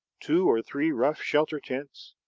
two or three rough shelter-tents,